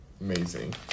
Amazing